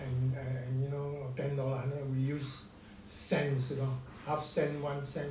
and you know ten dollar we use cents you know half cents one cent